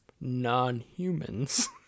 non-humans